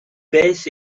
beth